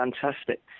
fantastic